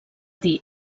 dir